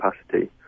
capacity